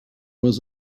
was